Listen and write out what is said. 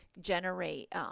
generate